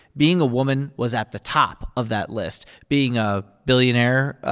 being a woman was at the top of that list. being a billionaire,